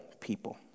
people